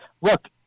Look